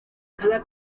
cada